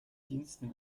diensten